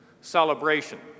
celebration